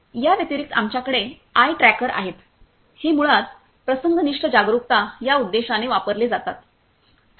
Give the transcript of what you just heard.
या व्यतिरिक्त आमच्याकडे आय ट्रॅकर आहेत हे मुळात प्रसंग निष्ठ जागरुकता या उद्देशाने वापरले जातात आता